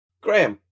Graham